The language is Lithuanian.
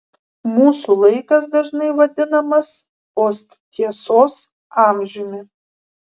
mūsų laikas dažnai vadinamas posttiesos amžiumi